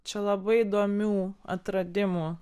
čia labai įdomių atradimų